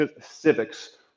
civics